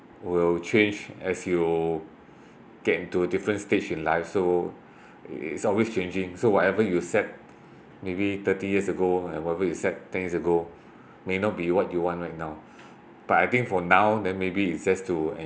will change as you get into different stage in life so it's always changing so whatever you set maybe thirty years ago and whatever you set ten years ago may not be what you want right now but I think for now then maybe it's just to